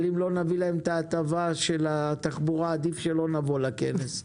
אבל אם לא נביא להם את ההטבה של התחבורה עדיף שלא נבוא לכנס.